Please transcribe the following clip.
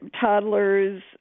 toddlers